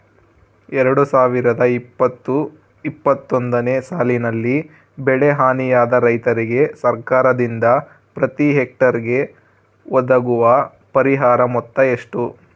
ಎರಡು ಸಾವಿರದ ಇಪ್ಪತ್ತು ಇಪ್ಪತ್ತೊಂದನೆ ಸಾಲಿನಲ್ಲಿ ಬೆಳೆ ಹಾನಿಯಾದ ರೈತರಿಗೆ ಸರ್ಕಾರದಿಂದ ಪ್ರತಿ ಹೆಕ್ಟರ್ ಗೆ ಒದಗುವ ಪರಿಹಾರ ಮೊತ್ತ ಎಷ್ಟು?